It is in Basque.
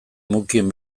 mukien